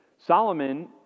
Solomon